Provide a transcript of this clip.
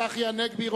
צחי הנגבי,